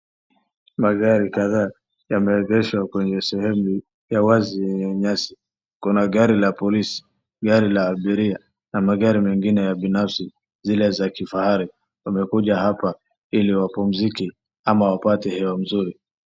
Magari kadhaa yameegeshwa kwenye sehemu ya wazi yenye nyasi. Kuna gari la polisi, gari la abiria na magari mengine ya binafsi, zile za kifahari. Wamekuja hapa ili wapumzike ama wapate hewa mzuri.